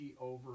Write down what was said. over